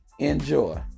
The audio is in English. Enjoy